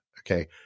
okay